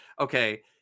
okay